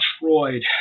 Freud